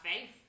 faith